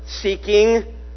seeking